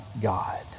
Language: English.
God